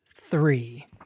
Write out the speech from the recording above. three